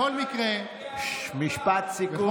משפט סיכום.